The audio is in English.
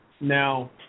Now